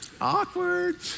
Awkward